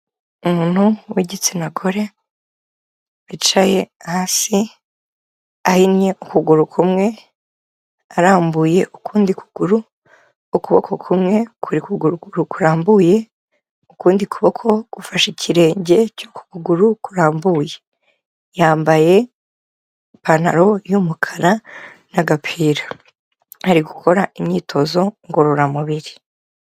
Umuntu w'igitsina gore wicaye hasi ahinnye ukuguru kumwe, arambuye ukundi kuguru, ukuboko kumwe kuri ku kuguru kurambuye, ukundi kuboko gufashe ikirenge cyo ku kuguru kurambuye. Yambaye ipantaro y'umukara n'agapira. Ari gukora imyitozo ngororamubiri.